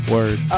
Word